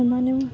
ସେମାନେ